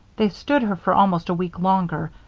they stood her for almost a week longer,